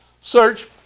Search